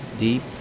deep